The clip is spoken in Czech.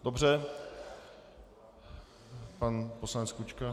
Dobře, pan poslanec Klučka.